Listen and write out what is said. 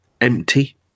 empty